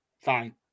fine